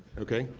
ok.